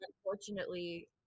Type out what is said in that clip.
unfortunately